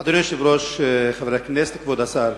אדוני היושב-ראש, חברי הכנסת, כבוד השר,